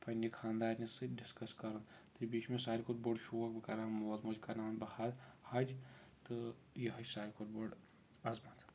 پَنٕنہِ خانٛدارنہِ سۭتۍ ڈِسکس کَرُن تہٕ بیٚیہِ چھُ مےٚ ساروی کھۄتہٕ بوٚڑ شوق بہٕ کرہا مول موج کرناوَن بہٕ حج تہٕ یِہوے چھُ ساروی کھۄتہٕ بوٚڑ عظمت